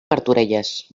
martorelles